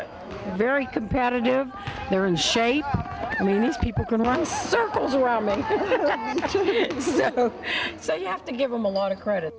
a very competitive there in shape i mean these people can run circles around me so you have to give them a lot of credit